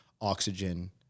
oxygen